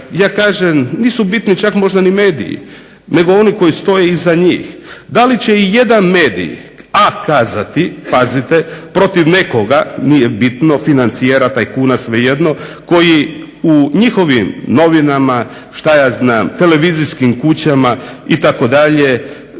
Ja kažem nisu bitni čak možda ni mediji nego oni koji stoje iza njih. Da li će ijedan mediji a) kazati pazite protiv nekoga nije bitno financijera, tajkuna svejedno, koji u njihovim novinama, televizijskim kućama itd. na